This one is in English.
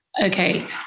Okay